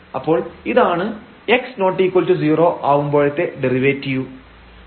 അപ്പോൾ ഇതാണ് x≠0 ആവുമ്പോഴത്തെ ഡെറിവേറ്റീവ്